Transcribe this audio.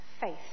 faith